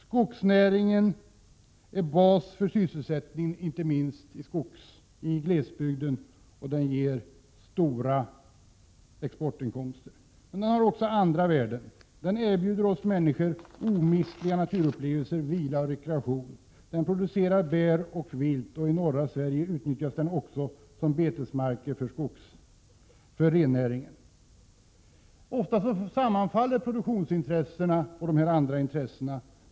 Skogsnäringen är bas för sysselsättningen inte minst i glesbygden, och den ger stora exportinkomster. Men den har också andra värden. Den erbjuder oss människor omistliga naturupplevelser, vila och rekreation. Den ger oss bär och vilt. I norra Sverige utnyttjas skogen också som betesmark av rennäringen. Ofta sammanfaller produktionsintressena med dessa andra intressen.